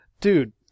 Dude